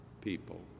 people